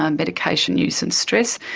um medication use and stress,